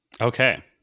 Okay